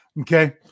Okay